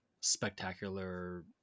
spectacular